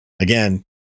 again